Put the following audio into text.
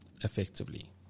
effectively